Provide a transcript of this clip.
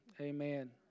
Amen